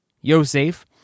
Yosef